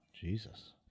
Jesus